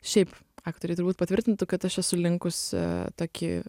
šiaip aktoriai turbūt patvirtintų kad aš esu linkusi tokį